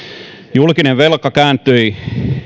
julkinen velka kääntyi